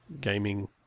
gaming